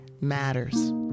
matters